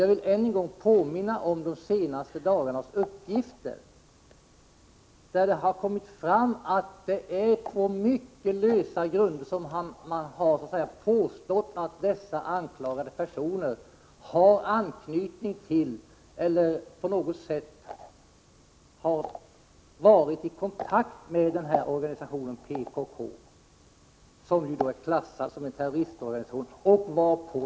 Jag vill än en gång påminna om de uppgifter som har kommit fram de senaste dagarna om att det är på mycket lösa grunder som dessa anklagade personer påstås ha anknytning till eller på något sätt ha varit i kontakt med denna organisation, PKK, som är klassad som en terroristorganisation.